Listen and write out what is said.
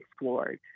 explored